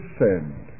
send